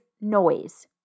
noise